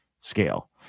scale